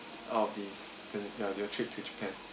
all of these to uh ya your trip to japan